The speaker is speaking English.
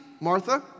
Martha